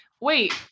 wait